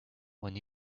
when